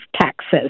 taxes